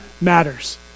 matters